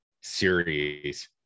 series